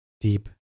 deep